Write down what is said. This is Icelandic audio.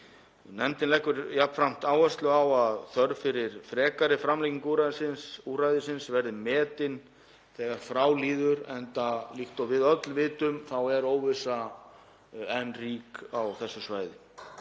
Nefndin leggur jafnframt áherslu á að þörf fyrir frekari framlengingu úrræðisins verði metin þegar frá líður enda er líkt og við öll vitum óvissa enn rík á þessu svæði.